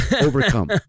overcome